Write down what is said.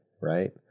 Right